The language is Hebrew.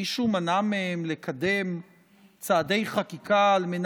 מישהו מנע מהן לקדם צעדי חקיקה כדי